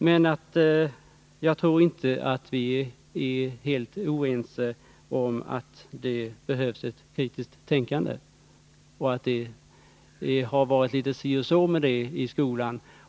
Men jag tror inte att vi är helt oense om att det behövs ett kritiskt tänkande och att det har varit litet si och så med det i skolan.